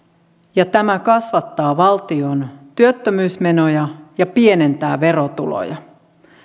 ja tämä kasvattaa valtion työttömyysmenoja ja pienentää verotuloja